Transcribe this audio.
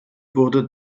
wurde